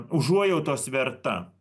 užuojautos verta